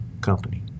company